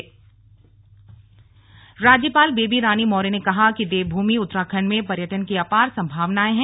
slug राज्यपाल अल्मोड़ा राज्यपाल बेबी रानी मौर्य ने कहा कि देवभूमि उत्तराखण्ड में पर्यटन की अपार संभावनाएं हैं